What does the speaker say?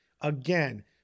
Again